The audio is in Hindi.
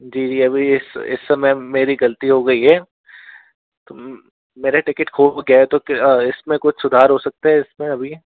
जी जी अभी इस इस समय मेरी गलती हो गई है मेरा टिकट खो गया है तो फिर इसमें कुछ सुधार हो सकता है इसमें अभी